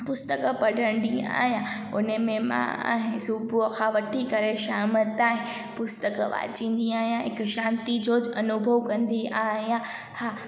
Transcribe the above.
पुस्तक पढ़ंदी आहियां हुन में मां सुबुहअ खां वठी करे शाम ताईं पुस्तक वाचींदी आहियां हिकु शांति जो ज अनुभव कंदी आहियां हा